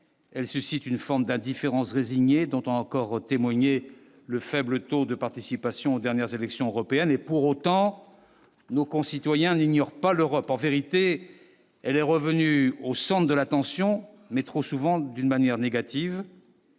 elle suscite une forme d'indifférence résignée dont on a encore témoigné le faible taux de participation aux dernières élections européennes, et pour autant, nos concitoyens n'ignore pas l'Europe, en vérité, elle est revenue au centre de l'attention, mais trop souvent d'une manière négative.